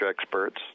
experts